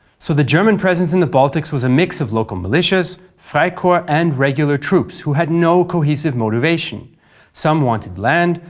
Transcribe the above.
so the german presence in the baltics was a mix of local militias, freikorps and regular troops, who had no cohesive motivation some wanted land,